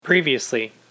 Previously